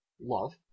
love